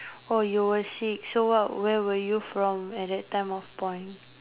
oh you were sick so what where were you from at that time of point